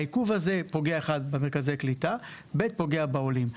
העיכוב הזה פוגע במרכזי הקליטה ופוגע בעולים.